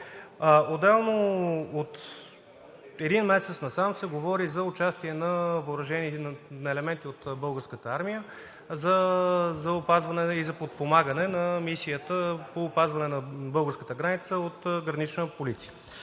Отделно, от един месец насам се говори за участие на елементи от Българската армия за опазване и за подпомагане на мисията по опазване на българската граница от „Гранична полиция“.